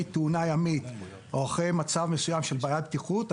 תאונה ימית או אחרי מצב מסוים של בעיית בטיחות.